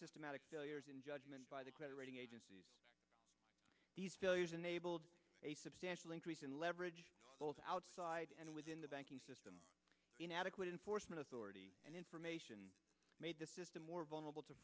systematic failures in judgment by the credit rating agencies these failures unable to a substantial increase in leverage both outside and within the banking system inadequate in force and authority and information made the system more vulnerable to